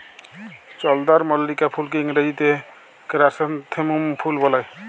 চলদরমল্লিকা ফুলকে ইংরাজিতে কেরাসনেথেমুম ফুল ব্যলা হ্যয়